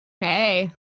Hey